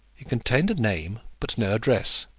it contained a name but no address,